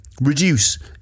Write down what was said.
reduce